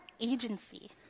agency